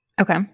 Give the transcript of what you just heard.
Okay